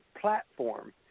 platform